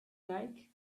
like